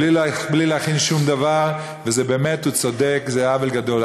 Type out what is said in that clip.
בלי להכין שום דבר, ובאמת הוא צודק, זה עוול גדול.